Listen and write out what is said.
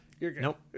Nope